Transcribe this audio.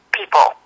people